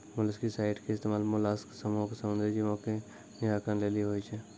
molluscicide के इस्तेमाल mollusc समूहो के समुद्री जीवो के निराकरण लेली होय छै